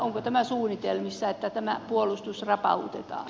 onko tämä suunnitelmissa että puolustus rapautetaan